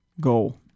goal